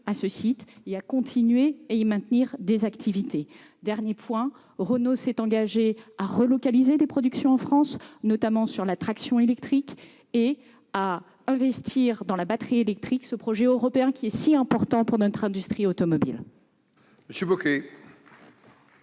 à ce site et à continuer d'y maintenir des activités. Dernier point, Renault s'est engagé à relocaliser des productions en France, notamment en ce qui concerne la traction électrique, et à investir dans la batterie électrique, ce projet européen qui est si important pour notre industrie automobile. La parole